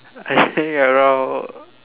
I think around